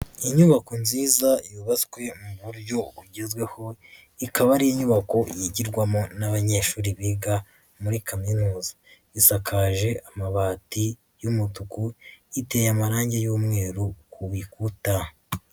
Inyubako nziza yubatswe mu buryo bugezweho, ikaba ari inyubako yigirwamo n'abanyeshuri biga muri Kaminuza. Isakaje amabati y'umutuku, iteye amarangi y'umweru ku bikuta.